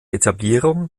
etablierung